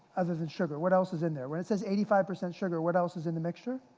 other than sugar. what else is in there? where it says eighty five percent sugar, what else is in the mixture?